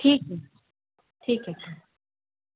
ٹھیک ہے ٹھیک ہے سر